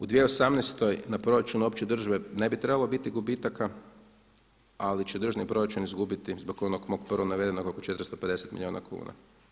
U 2018. na proračunu opće države ne bi trebalo biti gubitaka, ali će državni proračun izgubiti zbog onog mog prvo navedenog oko 450 milijuna kuna.